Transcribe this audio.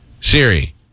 Siri